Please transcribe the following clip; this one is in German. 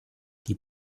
die